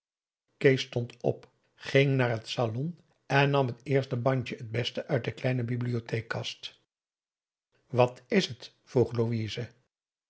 kees stond op ging naar het salon en nam het eerste bandje t beste uit de kleine bibliotheekkast wat is het vroeg louise